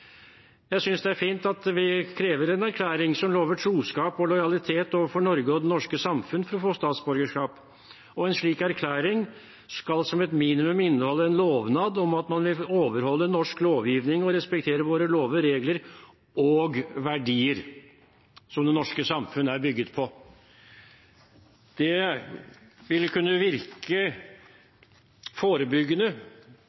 Jeg synes det er fint at vi krever en erklæring som lover troskap og lojalitet overfor Norge og det norske samfunn for å få statsborgerskap. En slik erklæring skal som et minimum inneholde en lovnad om at man vil overholde norsk lovgivning og respektere våre lover, regler og verdier, som det norske samfunn er bygget på. Det ville kunne